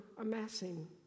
amassing